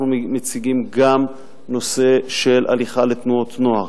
אנחנו מציגים גם נושא של הליכה לתנועות נוער.